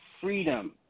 freedom